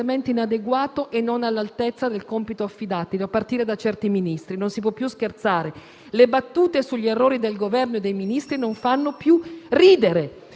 inadeguato e non all'altezza del compito affidatogli, a partire da certi Ministri. Non si può più scherzare; le battute sugli errori del Governo e dei Ministri non fanno più ridere.